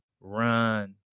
run